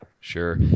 Sure